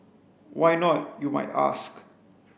why not you might ask